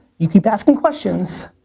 you keep asking questions,